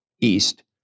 east